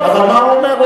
ואיום, אבל מה הוא אומר?